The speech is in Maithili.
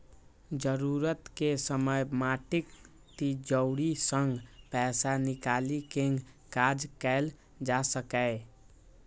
जरूरत के समय माटिक तिजौरी सं पैसा निकालि कें काज कैल जा सकैए